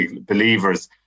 believers